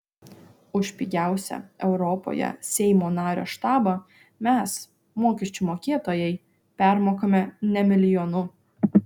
už pigiausią europoje seimo nario štabą mes mokesčių mokėtojai permokame ne milijonu